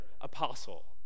apostle